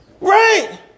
Right